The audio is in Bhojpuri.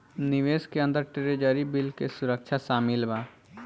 निवेश के अंदर ट्रेजरी बिल के सुरक्षा शामिल बा